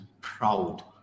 proud